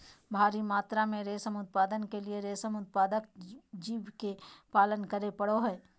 भारी मात्रा में रेशम उत्पादन के लिए रेशम उत्पादक जीव के पालन करे पड़ो हइ